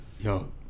Yo